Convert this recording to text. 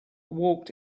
walked